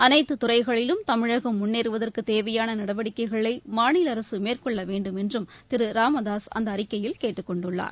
அனைத்துத் துறைகளிலும் தமிழகம் முன்னேறுவதற்கு தேவையான நடவடிக்கைகளை மாநில அரசு மேற்கொள்ள வேண்டும் என்றும் திரு ராமதாசு அந்த அறிக்கையில் கேட்டுக் கொண்டுள்ளார்